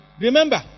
Remember